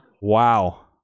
Wow